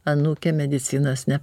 anūkė medicinos ne